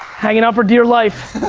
hanging on for dear life.